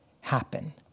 happen